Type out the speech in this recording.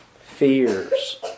fears